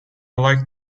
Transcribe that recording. like